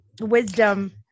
wisdom